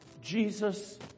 Jesus